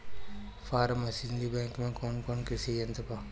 Form machinery bank में कौन कौन कृषि यंत्र बा?